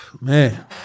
Man